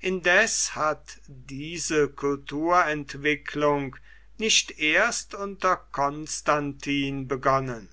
indes hat diese kulturentwicklung nicht erst unter konstantin begonnen